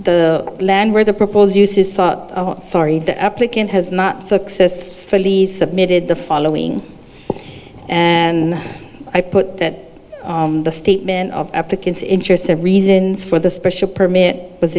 the land where the proposed use is sought sorry the applicant has not successfully submitted the following and i put the statement of applicants interest of reasons for the special permit was